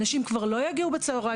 אנשים כבר לא יגיעו בצהריים,